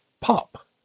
pop